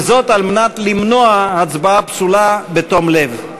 וזאת על מנת למנוע הצבעה פסולה בתום לב.